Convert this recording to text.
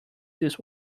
this